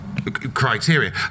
criteria